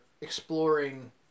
exploring